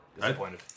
disappointed